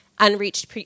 unreached